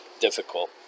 difficult